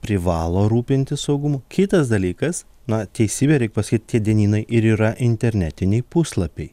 privalo rūpintis saugumu kitas dalykas na teisybė reik pasakyt tie dienynai ir yra internetiniai puslapiai